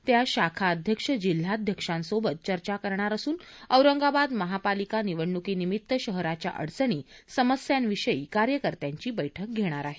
ते आज शाखा अध्यक्ष जिल्हाध्यक्षांसोबत चर्चा करणार असून औरंगाबाद महापालिका निवडणुकीनिमित्त शहराच्या अडचणी समस्यांविषयी कार्यकर्त्यांची बैठक घेणार आहेत